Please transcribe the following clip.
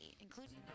including